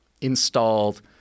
installed